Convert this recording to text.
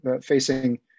facing